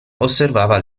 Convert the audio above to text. osservava